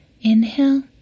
Inhale